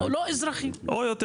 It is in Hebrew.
או יותר פשוט,